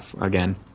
again